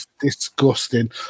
Disgusting